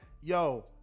yo